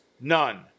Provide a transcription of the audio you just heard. none